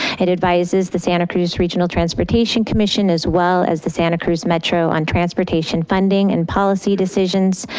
it advises the santa cruz regional transportation commission as well as the santa cruz metro on transportation funding and policy decisions,